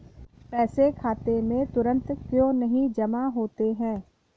पैसे खाते में तुरंत क्यो नहीं जमा होते हैं?